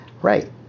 Right